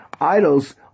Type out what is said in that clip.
Idols